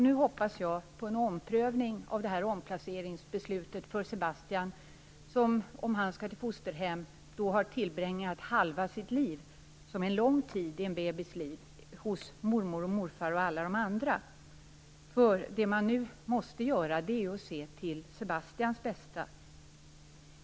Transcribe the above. Nu hoppas jag på en omprövning av det här omplaceringsbeslutet för Sebastian, som har tillbringat halva sitt liv, som är en lång tid i en bebis liv, hos mormor och morfar och alla de andra. Det man nu måste göra är att se till Sebastians bästa.